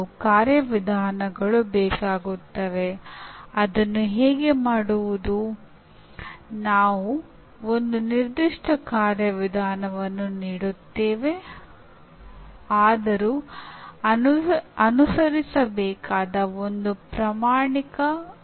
ಮೊದಲ ಘಟಕದಲ್ಲಿಯೇ ನಾವು ಹೇಳಿದಂತೆ ಶಿಕ್ಷಣದಲ್ಲಿ ನಡೆಯುತ್ತಿರುವ ಪ್ರಮುಖ ಬದಲಾವಣೆಯು ಶಿಕ್ಷಣವನ್ನು ವಿದ್ಯಾರ್ಥಿ ಕೇಂದ್ರಿತವಾಗಿಸುವುದು